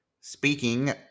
speaking